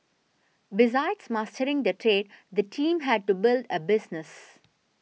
besides mastering the trade the team had to build a business